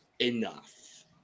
enough